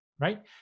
Right